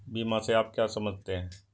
बीमा से आप क्या समझते हैं?